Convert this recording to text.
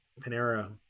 Panera